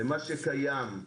למה שקיים.